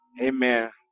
Amen